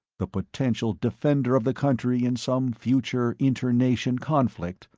the potential defender of the country in some future inter-nation conflict,